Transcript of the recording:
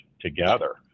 together